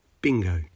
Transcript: Bingo